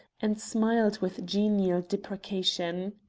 and smiled with genial deprecation.